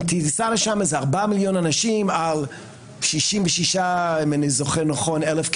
יש שם ארבעה מיליוני אנשים על 66,000 ק"מ,